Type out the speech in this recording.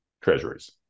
treasuries